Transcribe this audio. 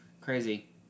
Crazy